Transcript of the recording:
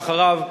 ואחריו,